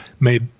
made